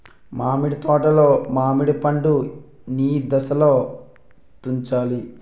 మామిడి తోటలో మామిడి పండు నీ ఏదశలో తుంచాలి?